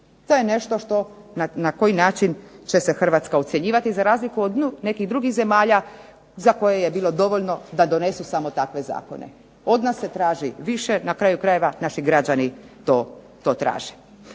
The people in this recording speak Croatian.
To je nešto na koji način će se Hrvatska ocjenjivati, za razliku od nekih drugih zemalja za koje je bilo dovoljno da donese samo takve zakone. Od nas se traži više, na kraju krajeva naši građani to traži.